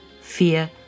fear